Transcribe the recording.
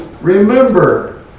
remember